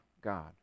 God